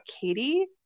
Katie